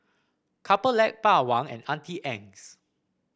Couple Lab Bawang and Auntie Anne's